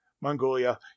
Mongolia